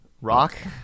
Rock